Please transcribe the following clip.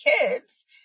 kids